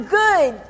good